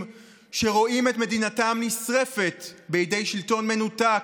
שרואים את מדינתם נשרפת בידי שלטון מנותק,